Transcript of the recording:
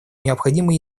необходимо